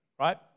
right